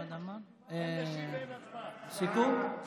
סיכום?